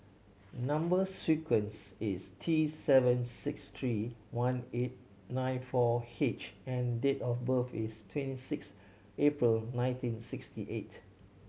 number sequence is T seven six three one eight nine four H and date of birth is twenty six April nineteen sixty eight